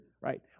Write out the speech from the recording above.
right